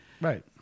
Right